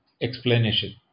explanation